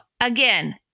again